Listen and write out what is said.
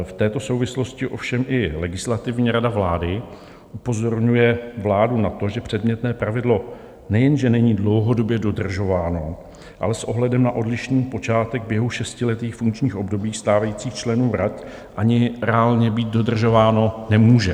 V této souvislosti ovšem i Legislativní rada vlády upozorňuje vládu na to, že předmětné pravidlo nejenže není dlouhodobě dodržováno, ale s ohledem na odlišný počátek běhu šestiletých funkčních období stávajících členů rad ani reálně být dodržováno nemůže.